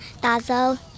Dazzle